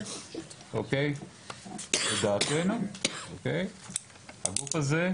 לדעתנו הגוף הזה,